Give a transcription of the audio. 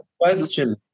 question